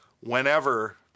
whenever